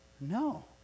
No